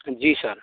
जी sir